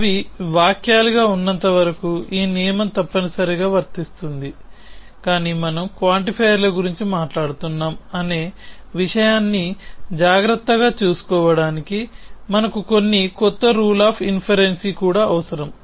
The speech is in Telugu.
అవి వాక్యాలుగా ఉన్నంతవరకు ఈ నియమం తప్పనిసరిగా వర్తిస్తుంది కాని మనము క్వాంటిఫైయర్ల గురించి మాట్లాడుతున్నాం అనే విషయాన్ని జాగ్రత్తగా చూసుకోవడానికి మనకు కొన్ని కొత్త రూల్ ఆఫ్ ఇన్హెరెన్సీ కూడా అవసరం